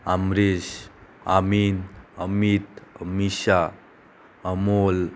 आमरेश आमी अमिता अमोल